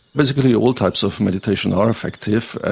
basically all types of meditation are effective,